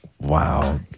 Wow